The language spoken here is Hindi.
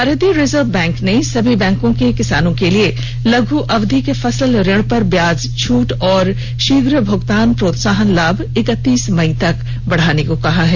भारतीय रिजर्व बैंक ने सभी बैंकों से किसानों के लिए लघु अवधि के फसल ऋण पर ब्याज छूट और शीघ्र भुगतान प्रोत्साहन लाभ इकतीस मई तक बढ़ाने को कहा है